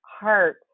heart